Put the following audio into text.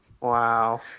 Wow